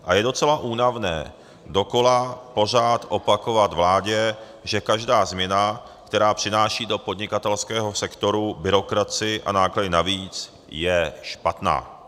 A je docela únavné dokola pořád opakovat vládě, že každá změna, která přináší do podnikatelského sektoru byrokracii a náklady navíc, je špatná.